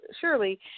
surely